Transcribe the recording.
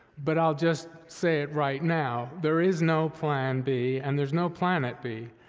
but i'll just say it right now, there is no plan b, and there's no planet b.